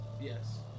Yes